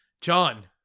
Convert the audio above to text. John